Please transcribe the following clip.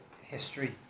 history